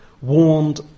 warned